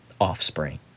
offspring